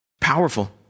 Powerful